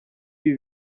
ibi